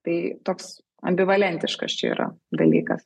tai toks ambivalentiškas čia yra dalykas